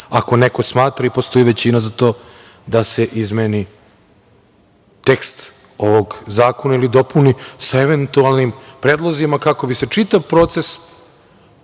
ako neko smatra i postoji većina za to da se izmeni tekst ovog zakona ili dopuni sa eventualnim predlozima, kako bi se čitav proces